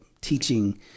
teaching